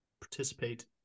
participate